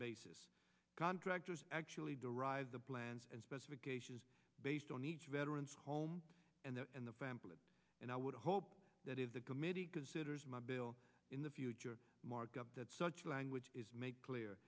basis contractors actually derive the plans based on each veteran's home and in the family and i would hope that if the committee considers my bill in the future markup that such language is made clear